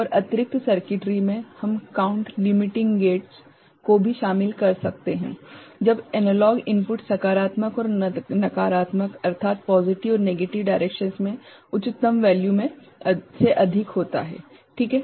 और अतिरिक्त सर्किटरी में हम काउंट लिमीटिंग गेट्स को भी शामिल करते हैं जब एनालॉग इनपुट सकारात्मक और नकारात्मक दोनों दिशाओं में उच्चतम मूल्य से अधिक होता है ठीक है